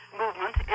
movement